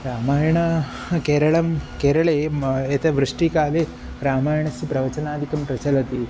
रामायणं केरळं केरळे मा एतद् वृष्टिकाले रामायणस्य प्रवचनादिकं प्रचलति